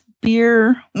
beer